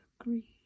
agree